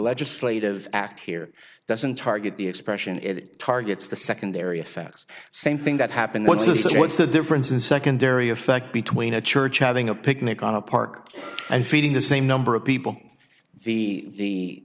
legislative act here doesn't target the expression it targets the secondary effects same thing that happened once or so what's the difference in secondary effect between a church having a picnic on a park and feeding the same number of people the the